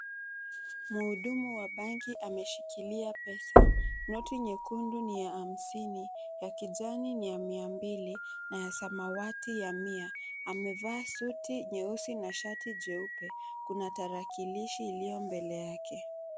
Mhudumu wa banki ameshikilia pesa. Noti nyekundu ni ya hamsini, ya kijani ni ya mia mbili na ya samawati ya mia. Amevaa suti nyeusi na shati jeupe. Kuna tarakilishi iliyo mbele yake.